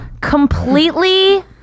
completely